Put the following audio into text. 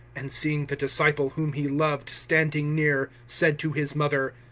and seeing the disciple whom he loved standing near, said to his mother,